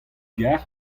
gar